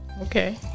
Okay